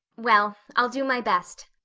well, i'll do my best,